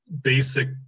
basic